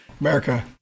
America